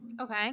Okay